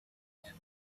and